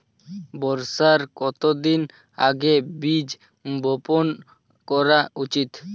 বর্ষার কতদিন আগে বীজ বপন করা উচিৎ?